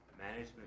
management